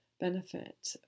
benefit